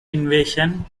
invasion